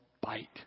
bite